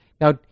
Now